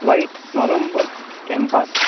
white নয় number campus